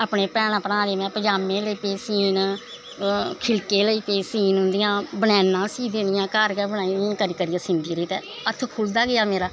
अपनें भैनां भ्रा दे पज़ामें लगी पेई सीन खिलके लगी पेई सीन उंदियां बनैनां सीनियां घऱ गै करी करी सींदी रेही ते हत्थ खुलदा गेआ मेरा